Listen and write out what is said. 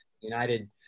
United